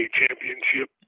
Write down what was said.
championship